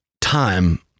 time